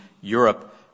Europe